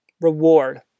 reward